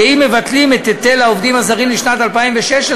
שאם מבטלים את היטל העובדים הזרים לשנת 2016,